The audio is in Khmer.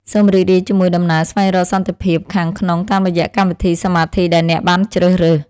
សូមរីករាយជាមួយដំណើរស្វែងរកសន្តិភាពខាងក្នុងតាមរយៈកម្មវិធីសមាធិដែលអ្នកបានជ្រើសរើស។